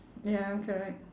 ya correct